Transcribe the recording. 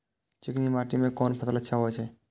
चिकनी माटी में कोन फसल अच्छा होय छे?